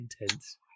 intense